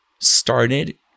started